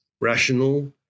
rational